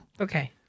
Okay